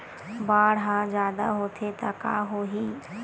बाढ़ ह जादा होथे त का होही?